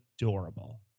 adorable